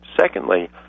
Secondly